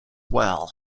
well